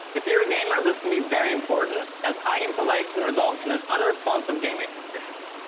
if you're a gamer, this can be very important, as high input lag can result in an unresponsive gaming experience.